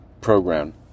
program